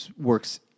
works